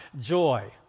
joy